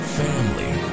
family